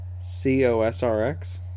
C-O-S-R-X